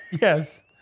yes